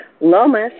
Lomas